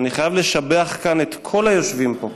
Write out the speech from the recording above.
ואני חייב לשבח כאן את כל היושבים פה,